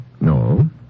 No